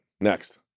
Next